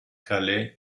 calais